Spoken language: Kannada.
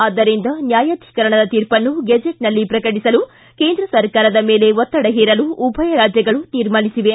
ಆದ್ದರಿಂದ ನ್ನಾಯಾಧೀಕರಣದ ತೀರ್ಪನ್ನು ಗೆಜೆಟ್ನಲ್ಲಿ ಪ್ರಕಟಿಸಲು ಕೇಂದ್ರ ಸರ್ಕಾರದ ಮೇಲೆ ಒತ್ತಡ ಹೇರಲು ಉಭಯ ರಾಜ್ಯಗಳು ತೀರ್ಮಾನಿಸಿವೆ